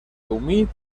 humit